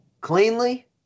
cleanly